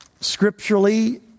scripturally